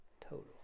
Total